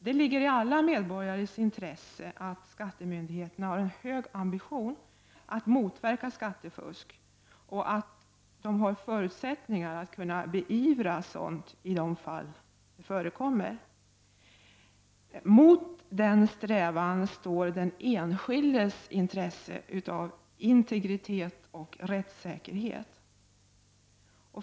Det ligger i alla medborgares intresse att skattemyndigheterna har en hög ambitionsnivå i fråga om att motverka skattefusk och att de har förutsättningar att kunna beivra sådant i de fall det förekommer. Mot denna strävan står den enskildes intresse av integritet och rättssäkerhet.